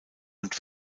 und